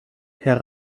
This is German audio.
herr